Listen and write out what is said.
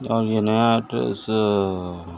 اور یہ نیا ایڈریس